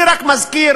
אני רק מזכיר,